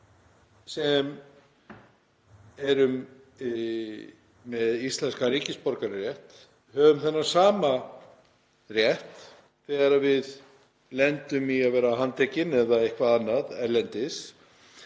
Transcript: sem erum með íslenskan ríkisborgararétt höfum þennan sama rétt þegar við lendum í því að vera handtekin eða eitthvað annað í útlöndum